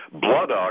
blood